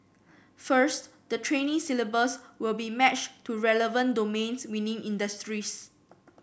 first the training syllabus will be matched to relevant domains within industries